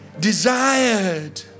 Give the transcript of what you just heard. Desired